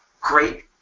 great